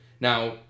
Now